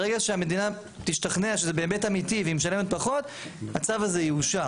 ברגע שהמדינה תשתכנע שזה באמת אמיתי והיא משלמת פחות הצו הזה יאושר.